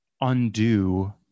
undo